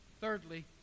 Thirdly